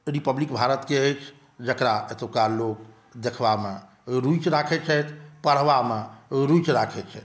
Republic भारतकेँ अछि जकरा एतुका लोक देखबामे रुचि राखै छथि पढ़बामे रुचि राखै छथि